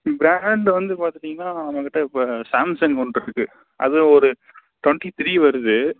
brand வந்து பார்த்துட்டீங்கன்னா நம்மகிட்டே இப்போ சாம்சங் ஒன்று இருக்குது அது ஒரு டுவென்ட்டி த்ரீ வருது